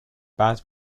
bad